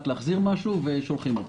להחזיר איזו השפעה על כללית ושולחים אותה.